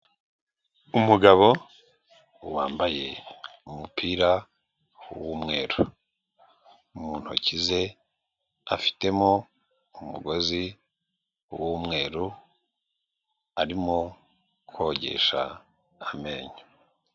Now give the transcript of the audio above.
Umugabo wambaye umupira w,umweru mu ntoki ze afitemo umugozi wumweru arimo kogesha amenyo.